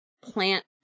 plant